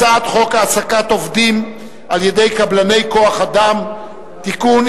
הצעת חוק העסקת עובדים על-ידי קבלני כוח-אדם (תיקון,